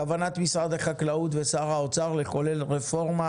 כוונת שר החקלאות ושר האוצר לחולל רפורמה